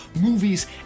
movies